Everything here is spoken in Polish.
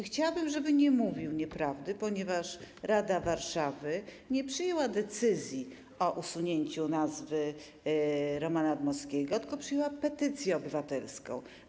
Chciałabym, żeby nie mówił nieprawdy, ponieważ Rada Warszawy nie przyjęła decyzji o usunięciu nazwy Romana Dmowskiego, tylko przyjęła petycję obywatelską.